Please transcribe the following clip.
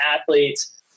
athletes